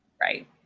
Right